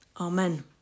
Amen